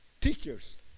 Teachers